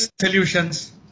solutions